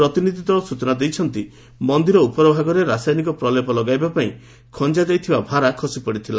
ପ୍ରତିନିଧି ଦଳ ସୂଚନା ଦେଇଛନ୍ତି ମନ୍ଦିର ଉପର ଭାଗରେ ରସାୟନିକ ପ୍ରଲେପ ଲଗାଇପାଇଁ ଖଞ୍ଜା ଯାଇଥିବା ଭାରା ଖସିପଡ଼ିଥିଲା